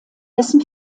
dessen